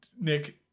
nick